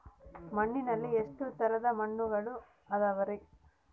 ಮಣ್ಣಿನಲ್ಲಿ ಎಷ್ಟು ತರದ ಮಣ್ಣುಗಳ ಅದವರಿ?